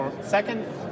second